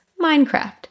Minecraft